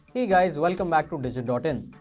hey guys welcome back to digit but in.